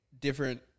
different